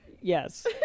Yes